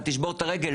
אתה תשבור את הרגל,